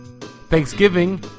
Thanksgiving